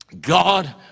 God